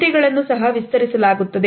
ತುಟಿಗಳನ್ನು ಸಹ ವಿಸ್ತರಿಸಲಾಗುತ್ತದೆ